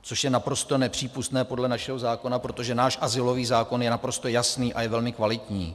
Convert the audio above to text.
Což je naprosto nepřípustné podle našeho zákona, protože náš azylový zákon je naprosto jasný a je velmi kvalitní.